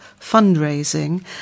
fundraising